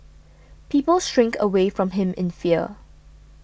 people shrink away from him in fear